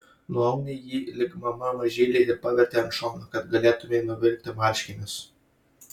nuauni jį lyg mama mažylį ir paverti ant šono kad galėtumei nuvilkti marškinius